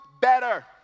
better